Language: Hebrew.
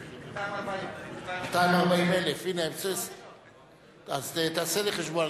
240. 240,000. הנה, אז תעשה לי חשבון.